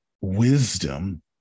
Wisdom